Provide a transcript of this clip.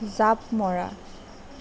জাপ মৰা